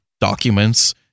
documents